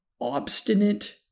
obstinate